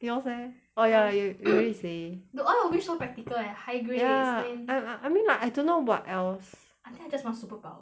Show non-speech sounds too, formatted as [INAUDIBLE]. yours leh oh ya you [COUGHS] you what you say already say dude all your wish so practical leh like high grades ya lah I I mean like I don't know what else I think I just want superpower